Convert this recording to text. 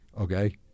okay